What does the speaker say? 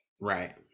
Right